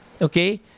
Okay